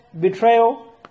betrayal